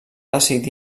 decidir